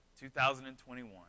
2021